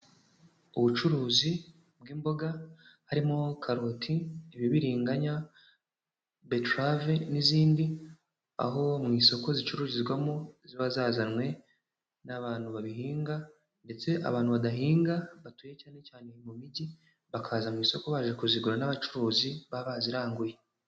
Ubucuruzi bw'imboga harimo karoti, ibibiriganya, beterave n'izindi, aho mu isoko zicururizwamo ziba zazanywe n'abantu babihinga ndetse abantu badahinga batuye cyane cyane mu mijyi bakaza mu isoko baje kuzigura n'abacuruzi baba baziranguye.